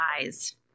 eyes